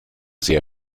sehr